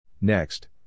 Next